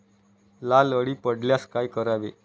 लाल अळी पडल्यास काय करावे?